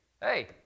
Hey